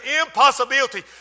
impossibility